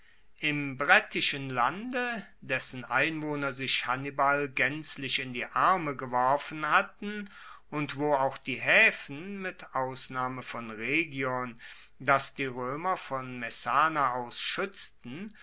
im brettischen lande dessen einwohner sich hannibal gaenzlich in die arme geworfen hatten und wo auch die haefen mit ausnahme von rhegion das die roemer von messana aus schuetzten